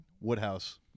Woodhouse